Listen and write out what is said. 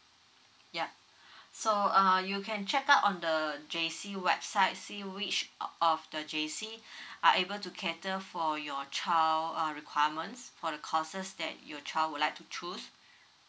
yup so uh you can check out on the J_C website see which of the J_C are able to cater for your child uh requirements for the courses that your child would like to choose